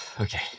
Okay